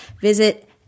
visit